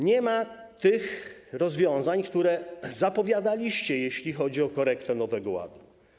Nie ma rozwiązań, które zapowiadaliście, jeśli chodzi o korektę Nowego Ładu.